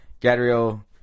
Gadriel